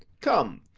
come,